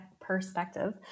perspective